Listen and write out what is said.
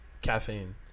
caffeine